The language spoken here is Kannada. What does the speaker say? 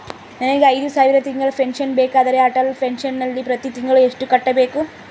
ನನಗೆ ಐದು ಸಾವಿರ ತಿಂಗಳ ಪೆನ್ಶನ್ ಬೇಕಾದರೆ ಅಟಲ್ ಪೆನ್ಶನ್ ನಲ್ಲಿ ಪ್ರತಿ ತಿಂಗಳು ಎಷ್ಟು ಕಟ್ಟಬೇಕು?